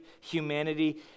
humanity